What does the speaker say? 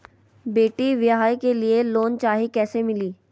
बेटी ब्याह के लिए लोन चाही, कैसे मिली?